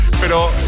Pero